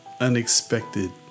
unexpected